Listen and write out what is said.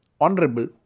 honorable